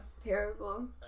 terrible